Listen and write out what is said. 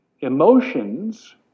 Emotions